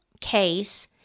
case